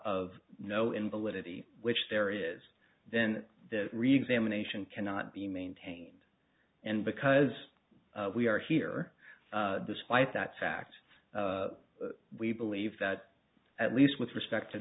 of no invalidity which there is then the reexamination cannot be maintained and because we are here despite that fact we believe that at least with respect to